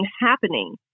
happening